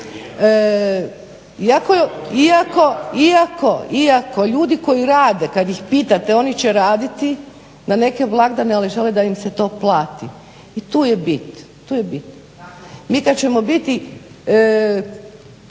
Iako ljudi koji rade kad ih pitate oni će raditi na neke blagdane, ali žele da im se to plati. I tu je bit. Mi kad ćemo biti